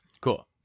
Cool